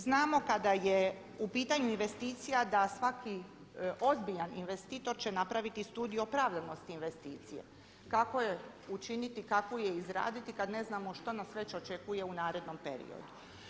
Znamo kada je u pitanju investicija da svaki ozbiljan investitor će napraviti Studiju opravdanosti investicije kako je učiniti, kako je izraditi kad ne znamo što nas već očekuje u narednom periodu.